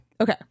okay